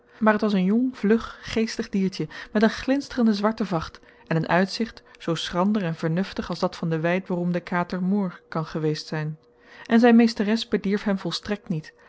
maar het was een jong vlug geestig diertje met een glinsterende zwarte vacht en een uitzicht zoo schrander en vernuftig als dat van den wijdberoemden kater murr kan geweest zijn en zijn meesteres bedierf hem volstrekt niet